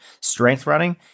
strengthrunning